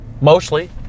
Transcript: mostly